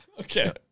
Okay